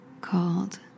called